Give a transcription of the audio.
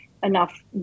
enough